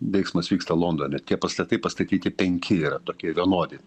veiksmas vyksta londone tie pastatai pastatyti penki yra tokie vienodi